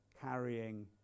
carrying